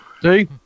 See